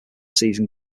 season